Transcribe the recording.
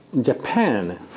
Japan